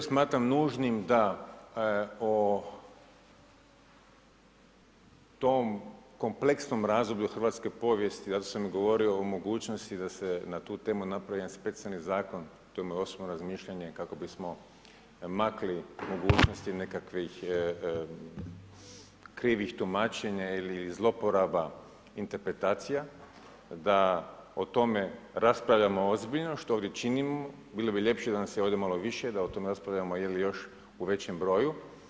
Smatram nužnim da o tom kompleksnom razdoblju hrvatske povijesti, zato sam i govorio o mogućnosti da se na tu temu napravi jedan specijalni zakon, to je moje osobno razmišljanje kako bismo makli mogućnosti nekakvih krivih tumačenje ili zloporaba interpretacija, da o tome raspravljamo ozbiljno što i činimo, bilo bi ljepše da nas je ovdje malo više, da o tome raspravljamo u većem broju.